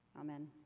Amen